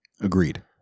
Agreed